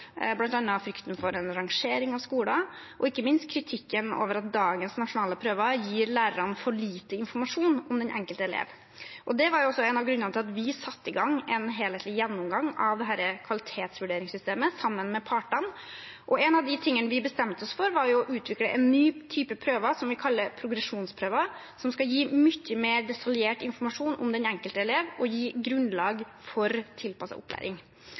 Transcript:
frykten for en rangering av skoler og ikke minst kritikken av at dagens nasjonale prøver gir lærerne for lite informasjon om den enkelte elev. Det var også en av grunnene til at vi satte i gang en helhetlig gjennomgang av kvalitetsvurderingssystemet, sammen med partene. En av de tingene vi bestemte oss for, var å utvikle en ny type prøver som vi kaller progresjonsprøver, som skal gi mye mer detaljert informasjon om den enkelte elev og gi et grunnlag for tilpasset opplæring.